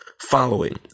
following